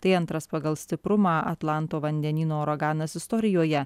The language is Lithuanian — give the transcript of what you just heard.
tai antras pagal stiprumą atlanto vandenyno uraganas istorijoje